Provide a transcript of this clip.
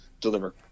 deliver